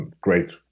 great